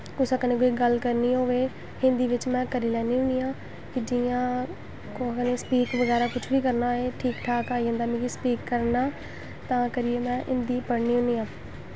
कुसै कन्नै बी कोई गल्ल करनी होऐ हिन्दी बिच्च में करी लैन्नी होन्नी आं कि जियां कुसै ने स्पीक बगैरा कुछ बी करना होऐ ठीक ठाक आई जंदा मिगी स्पीक करना तां करियै में हिन्दी पढ़नी होन्नी आं